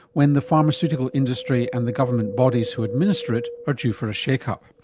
when the pharmaceutical industry and the government bodies who administer it are due for a shake up.